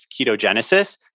ketogenesis